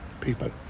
people